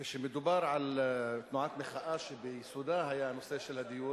כשמדובר על תנועת מחאה שביסודה היה הנושא של הדיור,